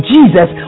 Jesus